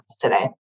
today